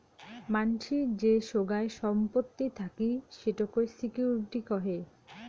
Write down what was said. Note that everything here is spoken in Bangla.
মানসির যে সোগায় সম্পত্তি থাকি সেটোকে সিকিউরিটি কহে